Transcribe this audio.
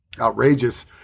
outrageous